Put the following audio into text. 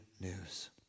news